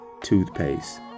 toothpaste